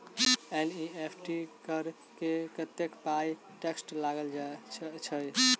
NEFT करऽ मे कत्तेक पाई एक्स्ट्रा लागई छई?